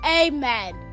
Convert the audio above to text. amen